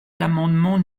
l’amendement